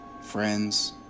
friends